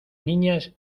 niñas